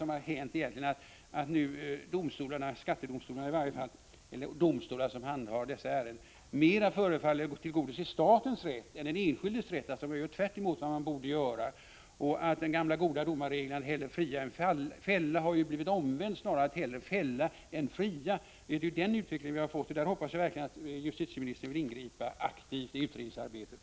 Vad som egentligen har hänt är att de domstolar som handhar dessa ärenden nu mera förefaller tillgodose statens rätt än den enskildes rätt. De gör alltså tvärtemot vad de borde göra. Den gamla goda domarregeln att hellre fria än fälla har blivit omvänd. Nu gäller det snarare att fälla än att fria. Det är denna utveckling som vi har fått. Jag hoppas verkligen att justitieministern aktivt ingriper i utredningsarbetet.